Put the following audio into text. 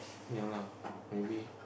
ya lah maybe